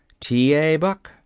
t. a. buck,